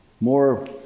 more